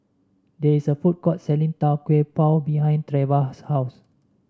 there is a food court selling Tau Kwa Pau behind Treva's house